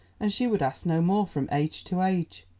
and she would ask no more from age to age.